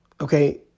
Okay